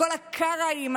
כל הקרעים,